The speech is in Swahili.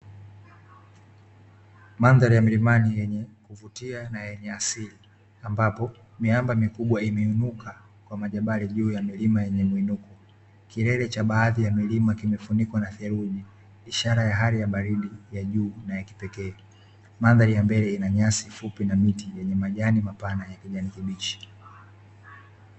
Mandhari ya milimani yenye kuvutia na yenye asili, ambapo miamba mikubwa imeinuka kwa majabali juu ya milima yenye mwinuko, kilele cha baadhi ya milima kimefunikwa na seruji ishara ya hali ya baridi ya juu na ya kipekee. Mandhari ya mbele ina nyasi fupi na miti yenye majani mapana ya kijani kibichi.